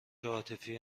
عاطفی